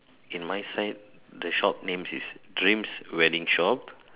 in my side the shop names is dreams wedding shop